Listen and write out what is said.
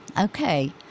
Okay